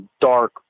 dark